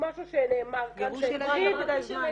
משהו שנאמר כאן --- גירוש ילדים ישראלים.